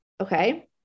okay